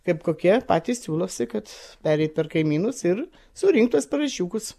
kaip kokie patys siūlosi kad pereit per kaimynus ir surinkt tuos parašiukus